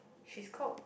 she's called